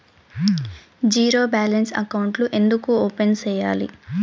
zero balance అకౌంట్లు ఎందుకు open సేయాలి